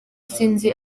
sinzi